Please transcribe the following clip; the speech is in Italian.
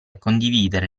condividere